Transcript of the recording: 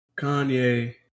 Kanye